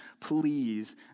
please